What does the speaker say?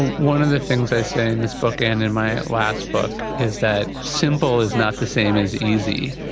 one of the things i say in this book and in my last book is that simple is not the same as easy.